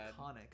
Iconic